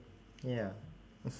ya